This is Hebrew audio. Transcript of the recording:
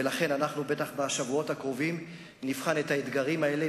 ולכן אנחנו בטח בשבועות הקרובים נבחן את האתגרים האלה,